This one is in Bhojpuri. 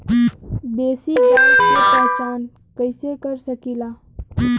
देशी गाय के पहचान कइसे कर सकीला?